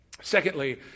Secondly